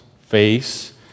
face